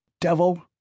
Devil